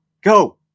Go